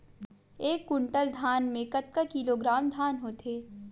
एक कुंटल धान में कतका किलोग्राम धान होथे?